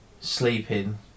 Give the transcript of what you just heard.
sleeping